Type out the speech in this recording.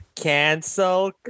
Cancel